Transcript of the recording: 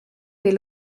des